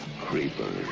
Creepers